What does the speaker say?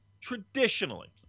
Traditionally